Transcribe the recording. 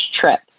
trip